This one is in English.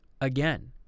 again